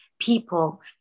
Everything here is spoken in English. people